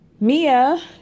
Mia